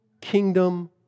kingdom